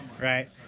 right